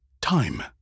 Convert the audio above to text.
Time